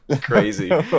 crazy